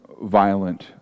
violent